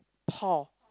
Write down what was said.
Paul